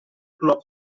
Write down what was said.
club